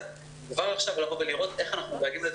כבר עכשיו לבוא ולראות איך אנחנו באים לזה